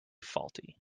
faulty